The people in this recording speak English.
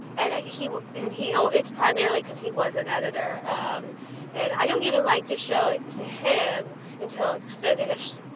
and he and he oh, it's primarily because he was an editor um and i don't even like to show it to him until it's finished.